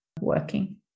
working